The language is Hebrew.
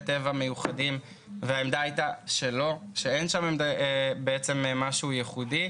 טבע מיוחדים והעמדה הייתה שאין שם משהו ייחודי.